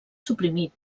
suprimit